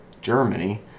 Germany